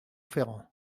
ferrand